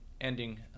ending